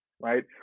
right